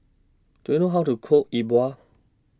Do YOU know How to Cook E Bua